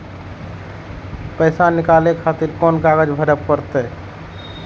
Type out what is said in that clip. पैसा नीकाले खातिर कोन कागज भरे परतें?